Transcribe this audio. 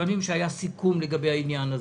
היא שהיה סיכום לגבי העניין הזה.